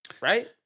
Right